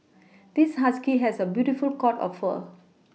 this husky has a beautiful coat of fur